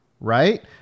right